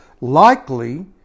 likely